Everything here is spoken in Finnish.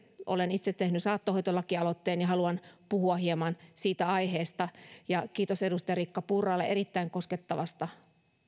olen itse tehnyt saattohoitolakialoitteen ja haluan puhua hieman siitä aiheesta kiitos edustaja riikka purralle erittäin koskettavasta